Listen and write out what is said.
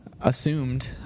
assumed